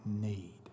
need